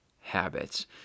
habits